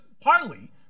partly